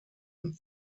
und